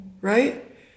right